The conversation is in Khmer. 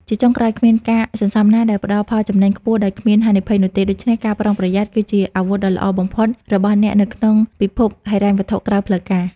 ជាចុងក្រោយ គ្មានការសន្សំណាដែលផ្ដល់ផលចំណេញខ្ពស់ដោយគ្មានហានិភ័យនោះទេ ដូច្នេះ "ការប្រុងប្រយ័ត្ន" គឺជាអាវុធដ៏ល្អបំផុតរបស់អ្នកនៅក្នុងពិភពហិរញ្ញវត្ថុក្រៅផ្លូវការ។